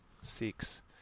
six